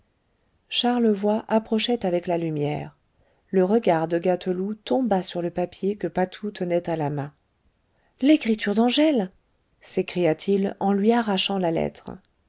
charlevoy approchait avec la lumière le regard de gâteloup tomba sur le papier que patou tenait à la main l'écriture d'angèle s'écria-t-il en lui arrachant la lettre